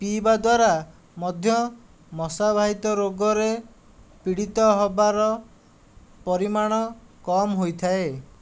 ପିଇବା ଦ୍ୱାରା ମଧ୍ୟ ମଶା ବାହିତ ରୋଗରେ ପୀଡ଼ିତ ହେବାର ପରିମାଣ କମ ହୋଇଥାଏ